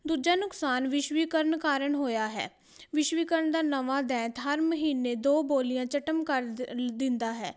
ਦੂਜਾ ਨੁਕਸਾਨ ਵਿਸ਼ਵੀਕਰਨ ਕਾਰਨ ਹੋਇਆ ਹੈ ਵਿਸ਼ਵੀਕਰਨ ਦਾ ਨਵਾਂ ਦੈਤ ਹਰ ਮਹੀਨੇ ਦੋ ਬੋਲੀਆਂ ਚਟਮ ਕਰ ਦਿੰਦਾ ਹੈ